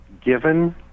given